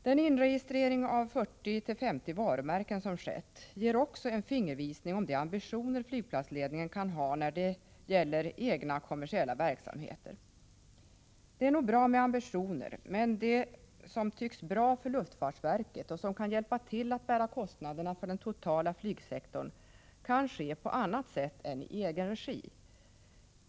Den inregistrering av 40-50 varumärken som skett ger också en fingervisning om de ambitioner flygplatsledningen kan ha när det gäller egna kommersiella verksamheter. Det är nog bra med ambitioner, men det som tycks bra för luftfartsverket och som kan hjälpa till att bära kostnaderna för den totala flygsektorn kan åstadkommas på annat sätt än i egen regi.